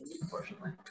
unfortunately